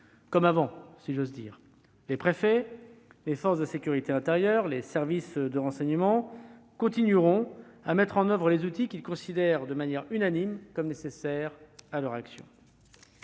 comme avant, si j'ose dire. Les préfets, les forces de sécurité intérieure et les services de renseignement continueront à se servir des outils qu'ils considèrent, de manière unanime, comme nécessaires à leur action.